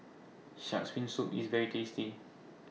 Shark's Fin Soup IS very tasty